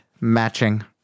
matching